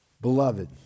Beloved